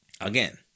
Again